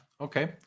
okay